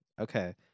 Okay